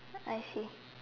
I see